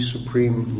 Supreme